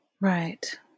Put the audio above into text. right